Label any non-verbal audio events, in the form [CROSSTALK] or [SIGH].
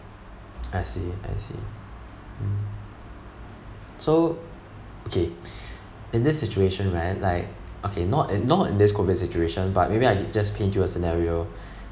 I see I see mm so okay [BREATH] in this situation when like okay not in not in this COVID situation but maybe I just paint you a scenario [BREATH]